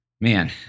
man